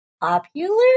popular